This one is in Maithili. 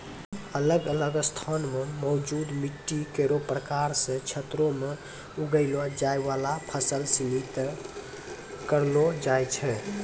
अलग अलग स्थान म मौजूद मिट्टी केरो प्रकार सें क्षेत्रो में उगैलो जाय वाला फसल सिनी तय करलो जाय छै